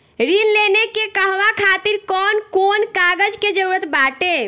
ऋण लेने के कहवा खातिर कौन कोन कागज के जररूत बाटे?